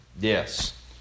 Yes